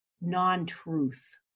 non-truth